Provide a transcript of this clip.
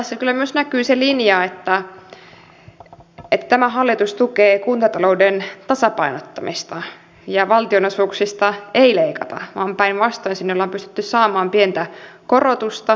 tässä kyllä myös näkyy se linja että tämä hallitus tukee kuntatalouden tasapainottamista ja valtionosuuksista ei leikata vaan päinvastoin sinne ollaan pystytty saamaan pientä korotusta